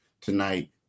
tonight